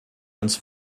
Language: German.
uns